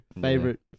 favorite